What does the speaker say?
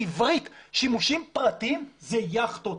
בעברית שימושים פרטיים זה יכטות.